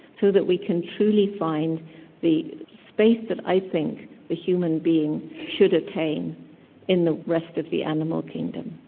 so that we can truly find the space that i think the human being should attain in the rest of the animal kingdom.